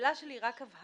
והשאלה שלי היא רק הבהרה,